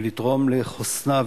יותר ביטחון לצרכן,